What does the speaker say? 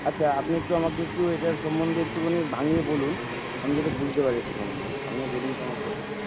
আচ্ছা আপনি একটু আমাকে একটু এটার সম্বন্ধে একটুখানি ভাঙ্গিয়ে বলুন আমি যাতে বুঝতে পারি এটার সম্বন্ধে একটু ভাঙ্গিয়ে বলুন তো আমাকে এটা